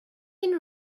and